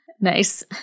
Nice